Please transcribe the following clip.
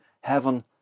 heaven